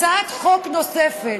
הצעת חוק נוספת,